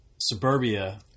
suburbia